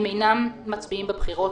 הם אינם מצביעים בבחירות,